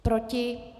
Proti?